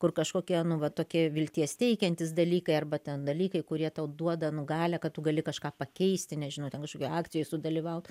kur kažkokie nu va tokie vilties teikiantys dalykai arba ten dalykai kurie tau duoda nu galią kad tu gali kažką pakeisti nežinau ten kažkokioj akcijoj sudalyvaut